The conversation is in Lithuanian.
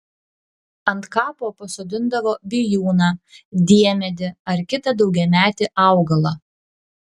ant kapo pasodindavo bijūną diemedį ar kitą daugiametį augalą